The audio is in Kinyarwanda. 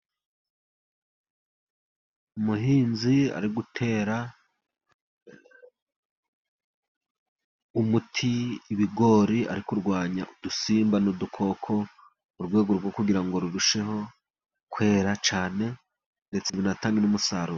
Umuhinzi ari gutera umuti ibigori, ari kurwanya udusimba n'udukoko, mu rwego rwo kugira ngo birusheho kwera cyane ndetse binatange n'umusaruro.